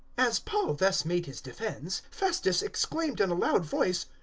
as paul thus made his defence, festus exclaimed in a loud voice,